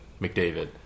McDavid